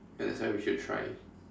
ya that's why we should try